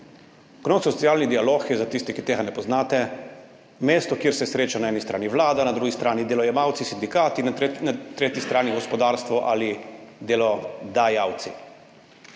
Ekonomsko-socialni dialog je za tiste, ki tega ne poznate, mesto, kjer se srečajo eni strani Vlada, na drugi strani delojemalci, sindikati, na tretji strani gospodarstvo ali delodajalci.